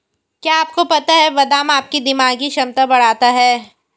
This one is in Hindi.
क्या आपको पता है बादाम आपकी दिमागी क्षमता बढ़ाता है?